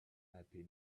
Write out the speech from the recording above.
happy